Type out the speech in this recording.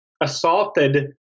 assaulted